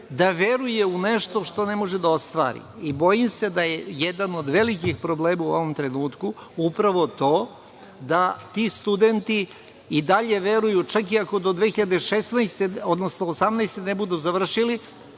da veruje u nešto što ne može da ostvari i bojim se da je jedan od velikih problema u ovom trenutku upravo to da ti studenti i dalje veruju čak i ako do 2016, odnosno 2018. godine ne budu završili,